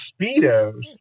speedos